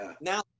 now